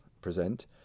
present